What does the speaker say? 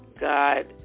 God